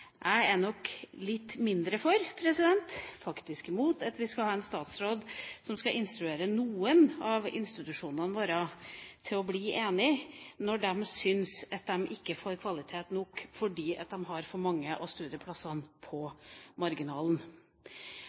Jeg er nok litt mindre for – faktisk imot – at vi skal ha en statsråd som skal instruere noen av institusjonene våre til å bli enige når de syns at de ikke får kvalitet nok fordi de har for mange av studieplassene på marginalen.